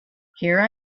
here